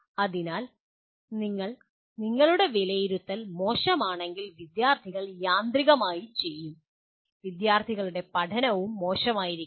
അതിനാൽ നിങ്ങൾ നിങ്ങളുടെ വിലയിരുത്തൽ മോശമാണെങ്കിൽ വിദ്യാർത്ഥികൾ യാന്ത്രികമായി ചെയ്യും വിദ്യാർത്ഥികളുടെ പഠനവും മോശമായിരിക്കും